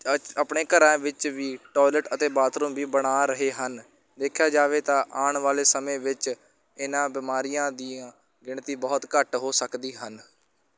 ਅੱਜ ਆਪਣੇ ਘਰਾਂ ਵਿੱਚ ਵੀ ਟੋਇਲਟ ਅਤੇ ਬਾਥਰੂਮ ਵੀ ਬਣਾ ਰਹੇ ਹਨ ਦੇਖਿਆ ਜਾਵੇ ਤਾਂ ਆਉਣ ਵਾਲੇ ਸਮੇਂ ਵਿੱਚ ਇਹਨਾਂ ਬਿਮਾਰੀਆਂ ਦੀਆਂ ਗਿਣਤੀ ਬਹੁਤ ਘੱਟ ਹੋ ਸਕਦੀ ਹਨ